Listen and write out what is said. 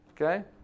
Okay